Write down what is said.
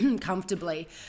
comfortably